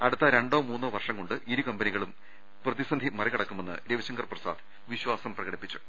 അടുത്ത രണ്ടോ മൂന്നോ വർഷം കൊണ്ട് ഇരു കമ്പനികളും പ്രതിസന്ധി മറികടക്കുമെന്ന് രവിശങ്കർ പ്രസാദ് വിശ്വാസം പ്രകടിപ്പിച്ചു